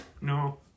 no